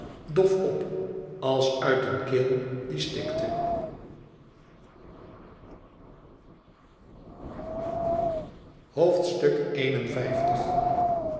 dof op als uit een keel die stikte